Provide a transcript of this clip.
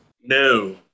No